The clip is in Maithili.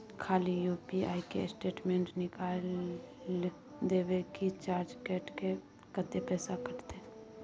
खाली यु.पी.आई के स्टेटमेंट निकाइल देबे की चार्ज कैट के, कत्ते पैसा कटते?